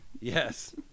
Yes